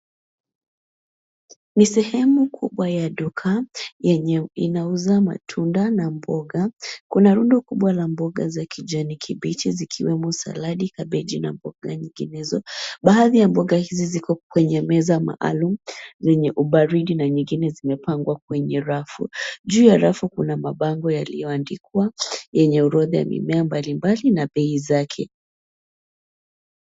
Ni sehemu kubwa ya duka yenye inauza matunda na mboga. Kuna rundo kubwa la mboga za kijani kibichi zikiwemo saladi, kabeji na mboga nyinginezo . Baadhi ya mboga hizi ziko kwenye meza maalum yenye ubaridi na nyingine zimepangwa kwenye rafu. Juu ya rafu kuna mabango yaliyoandikwa yenye orodha ya mimea mbalimbali na bei zake.